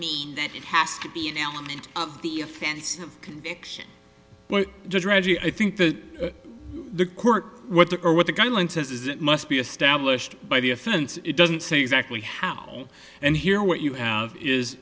mean that it has to be an element of the offense of conviction well i think that the court what the or what the guideline says is it must be established by the offense it doesn't say exactly how and here what you have is